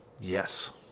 Yes